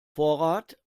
vorrat